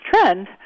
trend